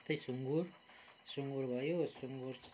त्यस्तै सुँगुर सुँगुर भयो सुँगुर